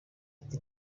ati